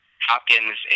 Hopkins